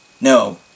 No